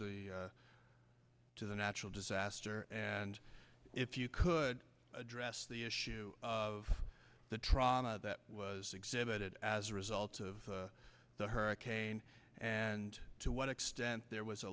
the to the natural disaster and if you could address the issue of the trauma that was exhibited as a result of the hurricane and to what extent there was a